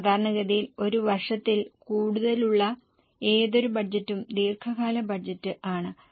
സാധാരണഗതിയിൽ ഒരു വർഷത്തിൽ കൂടുതലുള്ള ഏതൊരു ബജറ്റും ദീർഘകാല ബജറ്റ് ആണ്